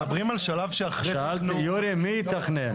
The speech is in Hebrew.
שאלתי יורי, מי יתכנן?